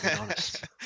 honest